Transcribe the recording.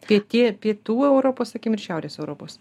kai tie pietų europos sakykim ir šiaurės europos